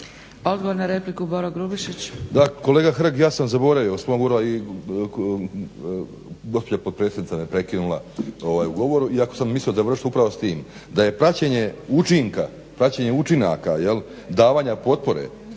Odgovor na repliku, Boro Grubišić.